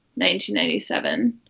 1997